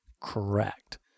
Correct